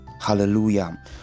Hallelujah